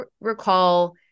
recall